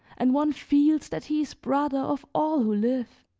and one feels that he is brother of all who live.